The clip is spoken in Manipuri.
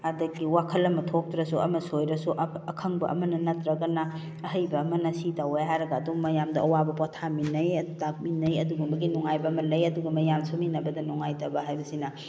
ꯑꯗꯒꯤ ꯋꯥꯈꯜ ꯑꯃ ꯊꯣꯛꯇ꯭ꯔꯁꯨ ꯑꯃ ꯁꯣꯏꯔꯁꯨ ꯑꯈꯪꯕ ꯑꯃꯅ ꯅꯠꯇ꯭ꯔꯒꯅ ꯑꯍꯩꯕ ꯑꯃꯅ ꯁꯤ ꯇꯧꯋꯦ ꯍꯥꯏꯔꯒ ꯑꯗꯨꯝ ꯃꯌꯥꯝꯗ ꯑꯋꯥꯕ ꯄꯣꯊꯥꯃꯤꯟꯅꯩ ꯇꯥꯛꯃꯤꯟꯅꯩ ꯑꯗꯨꯒꯨꯝꯕꯒꯤ ꯅꯨꯡꯉꯥꯏꯕ ꯂꯩ ꯑꯗꯨꯒ ꯃꯌꯥꯝ ꯁꯨꯃꯤꯟꯅꯕꯗ ꯅꯨꯡꯉꯥꯏꯇꯕ ꯍꯥꯏꯕꯁꯤꯅ